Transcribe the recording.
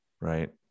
right